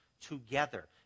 together